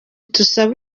tusabe